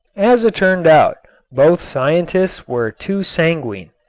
as it turned out both scientists were too sanguine.